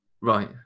Right